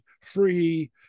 free